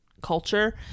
culture